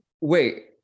Wait